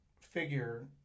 figure